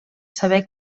saber